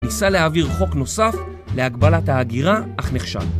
ניסה להעביר חוק נוסף להגבלת ההגירה, אך נכשל